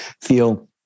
feel